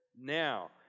Now